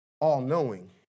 all-knowing